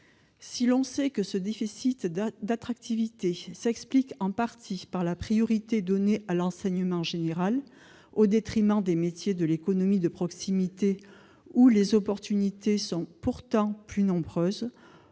Si l'on sait que ce déficit d'attractivité s'explique en partie par la priorité donnée à l'enseignement général au détriment des métiers de l'économie de proximité, où les opportunités sont pourtant plus nombreuses,